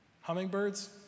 Hummingbirds